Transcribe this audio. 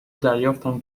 دریافتم